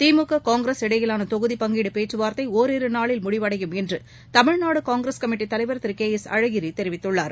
திமுக காங்கிரஸ் இடையிலானதொகுதிப் பங்கீடுபேச்சுவார்த்தைஒரிருநாளில் முடிவடையும் என்றுதமிழ்நாடுகாங்கிரஸ் கமிட்டித் தலைவர் திருகே எஸ் அழகிரிதெரிவித்துள்ளார்